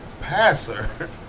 passer